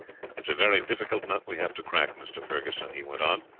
is a very difficult nut we have to crack, mr. ferguson, he went on,